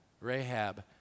Rahab